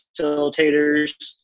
facilitators